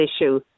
issue